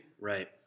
Right